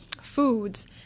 foods